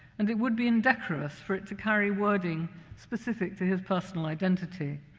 and it would be indecorous for it to carry wording specific to his personal identity.